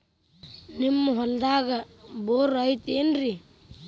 ನಿಮ್ಮ ಹೊಲ್ದಾಗ ಬೋರ್ ಐತೇನ್ರಿ?